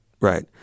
right